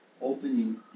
opening